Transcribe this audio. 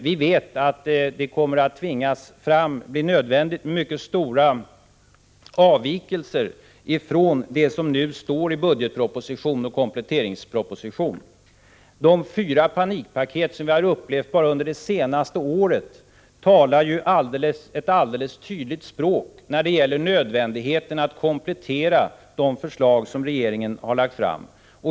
Vi vet att det kommer att bli nödvändigt med mycket stora avvikelser ifrån det som nu står i budgetproposition och kompletteringsproposition. De fyra panikpaket som vi har fått bara under det senaste året talar ju ett alldeles tydligt språk när det gäller nödvändigheten att komplettera de förslag som regeringen har lagt fram.